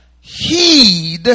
Heed